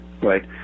right